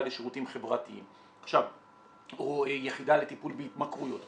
לשירותים חברתיים או יחידה לטיפול בהתמכרויות.